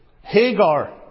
Hagar